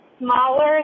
smaller